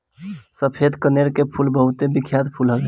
सफ़ेद कनेर के फूल बहुते बिख्यात फूल हवे